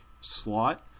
Slot